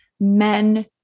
Men